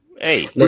Hey